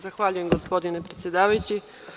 Zahvaljujem gospodine predsedavajući.